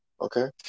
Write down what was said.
Okay